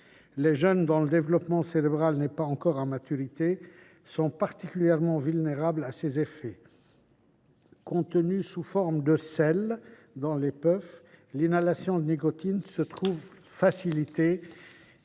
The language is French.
Les jeunes, dont le développement cérébral n’est pas encore à maturité, sont particulièrement vulnérables à ces effets. Contenue sous forme de sels dans les puffs, l’inhalation de la nicotine se trouve facilitée,